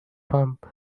pump